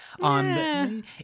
on